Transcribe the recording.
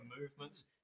movements